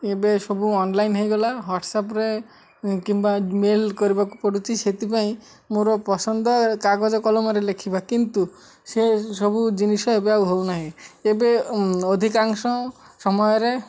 ଏବେ ସବୁ ଅନ୍ଲାଇନ୍ ହେଇଗଲା ୱାଟସ୍ଆପ୍ରେ କିମ୍ବା ମେଲ୍ କରିବାକୁ ପଡ଼ୁଛି ସେଥିପାଇଁ ମୋର ପସନ୍ଦ କାଗଜ କଲମରେ ଲେଖିବା କିନ୍ତୁ ସେ ସବୁ ଜିନିଷ ଏବେ ଆଉ ହଉ ନାହିଁ ଏବେ ଅଧିକାଂଶ ସମୟରେ